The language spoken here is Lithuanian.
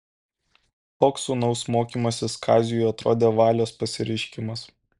toks sūnaus mokymasis kaziui atrodė valios pasireiškimas